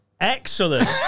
excellent